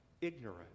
ignorant